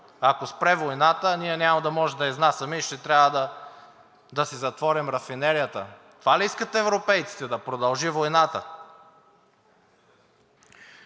Ако спре войната, ние няма да може да изнасяме и ще трябва да си затворим рафинерията. Това ли искат европейците – да продължи войната?